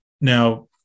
Now